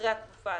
ועדת הכספים.